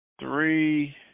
three